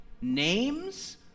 names